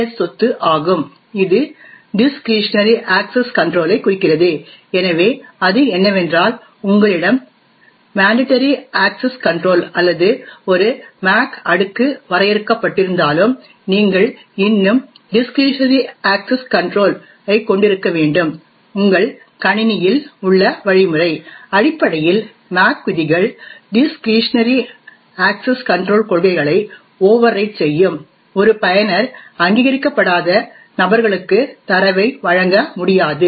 S சொத்து ஆகும் இது டிஸ்க்ரிஷனரி அக்சஸ் கன்ட்ரோல் ஐ குறிக்கிறது எனவே அது என்னவென்றால் உங்களிடம் மேன்டடரி அக்சஸ் கன்ட்ரோல் அல்லது ஒரு MAC அடுக்கு வரையறுக்கப்பட்டிருந்தாலும் நீங்கள் இன்னும் டிஸ்க்ரிஷனரி அக்சஸ் கன்ட்ரோல் ஐ கொண்டிருக்க வேண்டும் உங்கள் கணினியில் உள்ள வழிமுறை அடிப்படையில் MAC விதிகள் டிஸ்க்ரிஷனரி அக்சஸ் கன்ட்ரோல் கொள்கைகளை ஓவர்ரைட் செய்யும் ஒரு பயனர் அங்கீகரிக்கப்படாத நபர்களுக்கு தரவை வழங்க முடியாது